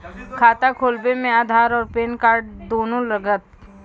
खाता खोलबे मे आधार और पेन कार्ड दोनों लागत?